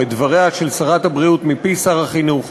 או את דבריה של שרת הבריאות מפי שר החינוך.